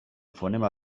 fonema